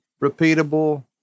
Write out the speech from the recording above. repeatable